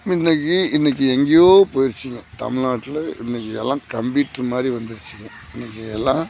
முன்னைக்கி இன்னைக்கு எங்கேயோ போய்ருச்சீங்க தமிழ்நாட்டில் இன்னைக்கு எல்லாம் கம்ப்யூட்ரு மாதிரி வந்துருச்சுங்க இன்னைக்கு எல்லாம்